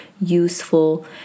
useful